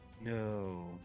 No